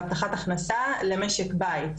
הבטחת הכנסה למשק בית,